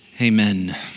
amen